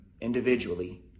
individually